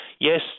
Yes